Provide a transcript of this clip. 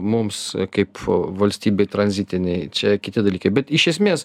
mums kaip valstybei tranzitinei čia kiti dalykai bet iš esmės